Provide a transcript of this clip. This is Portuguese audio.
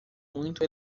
muito